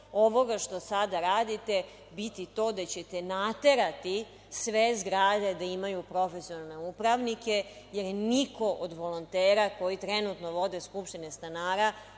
ovoga što sada radite, biti to da ćete naterati sve zgrade da imaju profesionalne upravnike jer niko od volontera koji trenutno vode Skupštine stanara